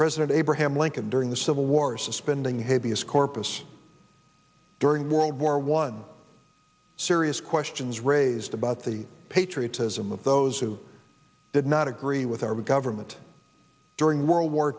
president abraham lincoln during the civil war suspending habeas corpus during world war one serious questions raised about the patriotism of those who did not agree with our government during world war